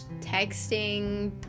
texting